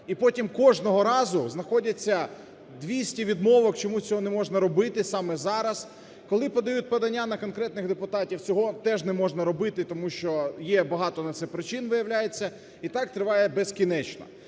І потім кожного разу знаходяться двісті відмовок, чому цього не можна робити саме зараз. Коли подають подання на конкретних депутатів, цього теж не можна робити, тому що є багато на це причин, виявляється. І так триває безкінечно.